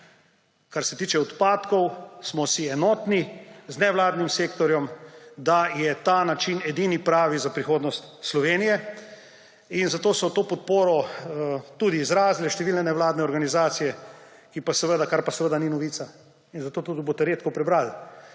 Kar se tiče odpadkov, smo si enotni z nevladnim sektorjem, da je ta način edini pravi za prihodnost Slovenije, in zato so to podporo tudi izrazile številne nevladne organizacije, kar pa seveda ni novica in zato jo boste tudi redko prebrali.